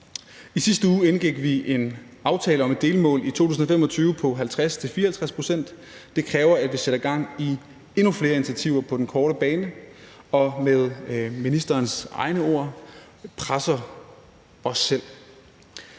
I sidste uge indgik vi en aftale om et delmål i 2025 på 50-54 pct. Det kræver, at vi sætter gang i endnu flere initiativer på den korte bane og med ministerens egne ord presser os selv.